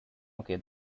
okay